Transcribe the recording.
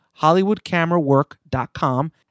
hollywoodcamerawork.com